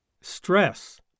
Stress